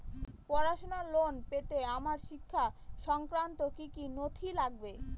পড়াশুনোর লোন পেতে আমার শিক্ষা সংক্রান্ত কি কি নথি লাগবে?